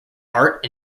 art